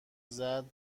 زدما